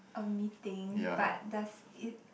a meeting but does it